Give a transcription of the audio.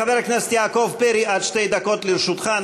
חבר הכנסת יעקב פרי, עד שתי דקות לרשותך.